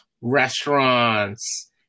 restaurants